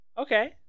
Okay